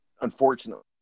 unfortunately